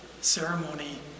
ceremony